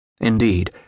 Indeed